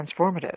transformative